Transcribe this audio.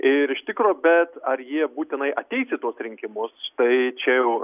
ir iš tikro bet ar jie būtinai ateis į tuos rinkimus štai čia jau